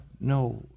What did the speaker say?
no